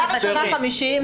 שנה ראשונה 50,